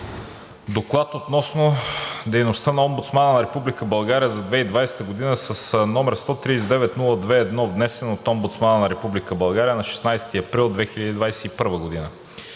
Доклад за дейността на Омбудсмана на Република България през 2020 г.,№ 139-02-1, внесен от Омбудсмана на Република България на 16 април 2021 г.